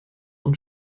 und